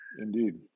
Indeed